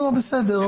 בסדר.